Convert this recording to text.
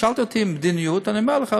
שאלת אותי על מדיניות, ואני אומר לך עובדה: